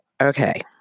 okay